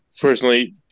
personally